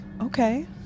okay